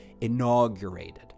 inaugurated